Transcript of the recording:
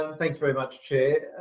ah thanks very much, chair.